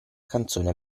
canzone